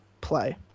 play